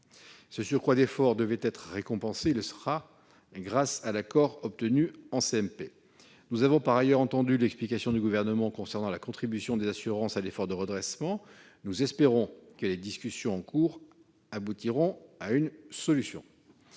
Ce surcroît d'effort devait être récompensé. Il le sera grâce à l'accord obtenu en commission mixte paritaire. Nous avons par ailleurs entendu l'explication du Gouvernement concernant la contribution des assurances à l'effort de redressement. Nous espérons que les discussions en cours aboutiront à une solution.